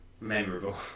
memorable